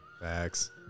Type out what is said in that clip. Facts